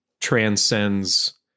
transcends